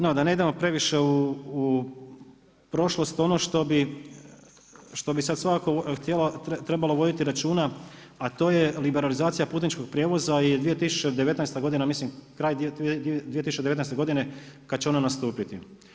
No da ne idemo previše u prošlost, ono što bih sad svakako trebalo voditi računa a to je liberalizacija putničkog prijevoza i 2019. godina, mislim kraj 2019. godine kad će ona nastupiti.